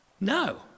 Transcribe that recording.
No